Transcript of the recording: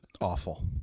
Awful